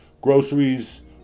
groceries